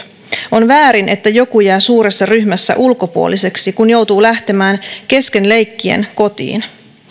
on väärin että joku jää suuressa ryhmässä ulkopuoliseksi kun joutuu lähtemään kesken leikkien kotiin